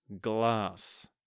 glass